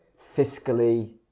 fiscally